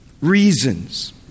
reasons